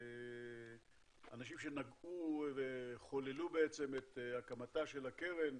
האנשים שנגעו וחוללו את הקמתה של הקרן,